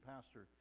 Pastor